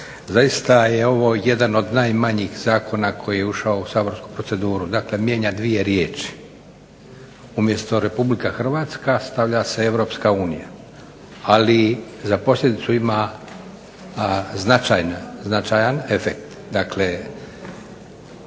Zaista je ovo jedan od najmanjih zakona koji je ušao u saborsku proceduru. Dakle, mijenja dvije riječi. Umjesto Republika Hrvatska stavlja se Europska unija. Ali, za posljedicu ima značajan efekt. Dakle,